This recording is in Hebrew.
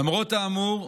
למרות האמור,